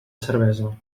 cervesa